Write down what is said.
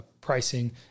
pricing